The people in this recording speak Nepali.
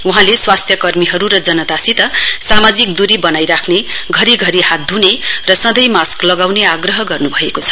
वहाँले स्वास्थ्य कर्मीहरु र जनतासित सामाजिक दूरी वनाइ राख्ने घरिघरि हात धुने र सँधै मास्क लगाउने आग्रह गर्नुभएको छ